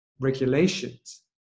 regulations